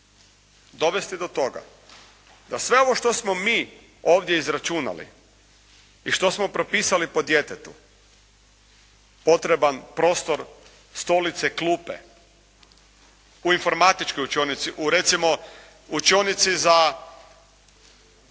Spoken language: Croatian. dovesti do toga da sve ovo što smo mi ovdje izračunali i što smo propisali po djetetu potreban prostor, stolice, klupe, u informatičkoj učionici, u recimo učionici za